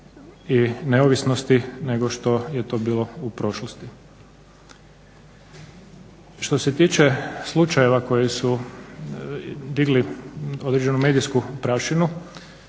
i neovisnosti nego što je to bilo u prošlosti. Što se tiče slučajeva koji su digli određenu medijsku prašinu